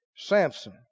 Samson